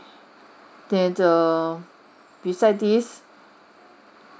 that err beside this